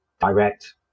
direct